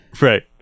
Right